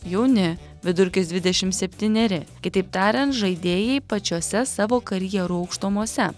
jauni vidurkis dvidešim septyneri kitaip tariant žaidėjai pačiose savo karjerų aukštumose